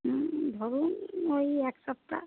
হুম ধরুন ওই এক সপ্তাহ